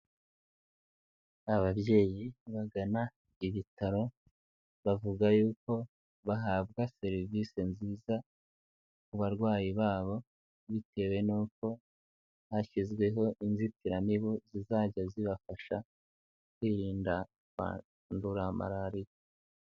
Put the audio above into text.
Ababyeyi bagana ibitaro, bavuga yuko bahabwa serivisi nziza ku barwayi babo, bitewe n'uko hashyizweho inzitiramibu zizajya zibafasha, kwirinda kwadura Malariya.